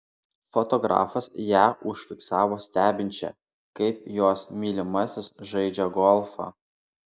fotografas ją užfiksavo stebinčią kaip jos mylimasis žaidžią golfą